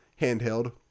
handheld